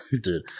dude